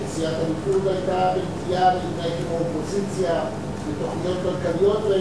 שבסיעת הליכוד היתה נטייה להתנהג כמו אופוזיציה בתוכניות כלכליות,